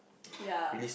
yeah